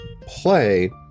play